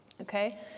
Okay